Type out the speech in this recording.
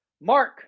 Mark